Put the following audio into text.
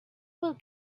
will